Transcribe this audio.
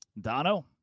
Dono